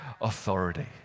authority